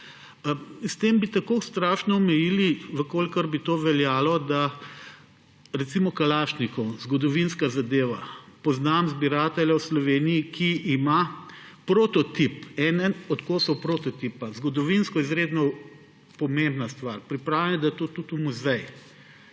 S tem bi strašno omejili, če bi to veljalo. Recimo, kalašnikov, zgodovinska zadeva, poznam zbiratelja v Sloveniji, ki ima enega od kosov prototipa, zgodovinsko izredno pomembna stvar, pripravljen ga je dati tudi v muzej.